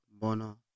bono